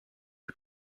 are